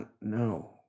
no